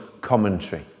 commentary